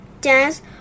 dance